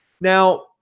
Now